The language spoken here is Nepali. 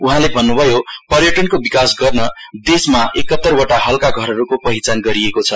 उहाँले भन्नुभयो पर्यटनको विकास गर्न देशमा एकतरवटा हल्का घरहरुको पहिचान गरिएको छ